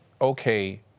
okay